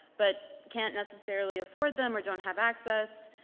but can't necessarily afford them or don't have access,